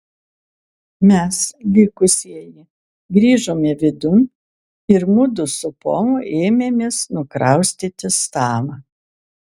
mes likusieji grįžome vidun ir mudu su polu ėmėmės nukraustyti stalą